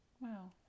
Wow